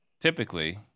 Typically